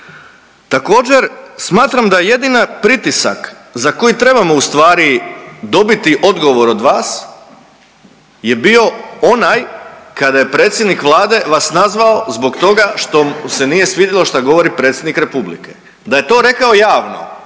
Također smatram da je jedina pritisak za koji trebamo ustvari dobiti odgovor od vas je bio onaj kada je predsjednik Vlade vas nazvao zbog toga što se mu se nije svidjelo što govori predsjednik Republike. Da je to rekao javno,